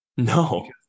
No